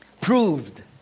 proved